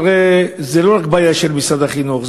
זה לא רק בעיה של משרד החינוך,